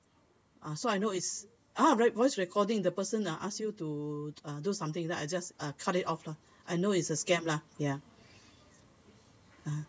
ah so I know it's ah right voice recording the person will ask you to uh do something then I just uh cut it off lah I know is a scam lah ya uh